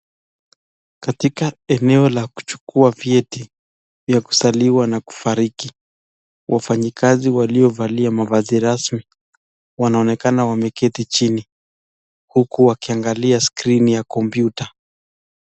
Katika eneo la kuchakua viti vya kusaliwa na kufariki wafanyikazi waliovalia mafasi rasmi wanaoneka wameketi chini huku wakiangalia skirini ya kompyuta.